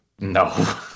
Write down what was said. No